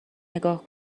نگاه